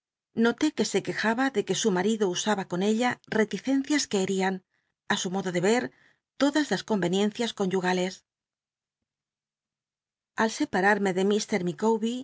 notó que se quejaba dé que su marido usaba con ella eliccncias que herían su modo de yer todas las conycnicncias conyugales al separarme de